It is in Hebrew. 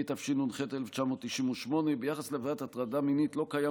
התשנ"ח 1998. ביחס לעבירת הטרדה מינית לא קיים